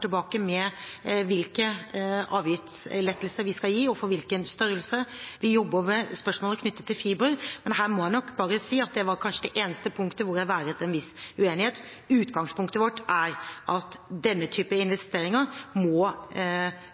tilbake med hvilke avgiftslettelser vi skal gi, og for hvilken størrelse vi jobber med i spørsmålet knyttet til fiber. Men her må jeg nok si at det var kanskje det eneste punktet hvor jeg været en viss uenighet. Utgangspunktet vårt er at denne typen investeringer må